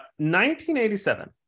1987